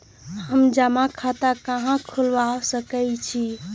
हम जमा खाता कहां खुलवा सकई छी?